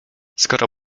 skoro